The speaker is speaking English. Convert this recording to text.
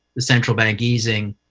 central bank easing,